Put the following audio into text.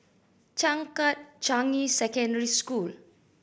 Changkat Changi Secondary School